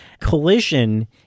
Collision